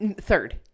Third